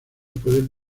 pueden